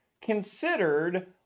considered